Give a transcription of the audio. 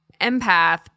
empath